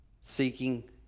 seeking